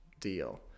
deal